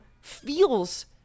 feels